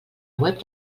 web